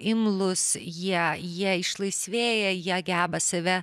imlūs jie jie išlaisvėja jie geba save